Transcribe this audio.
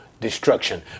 destruction